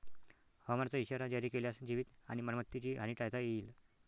हवामानाचा इशारा जारी केल्यास जीवित आणि मालमत्तेची हानी टाळता येईल